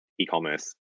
e-commerce